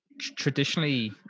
Traditionally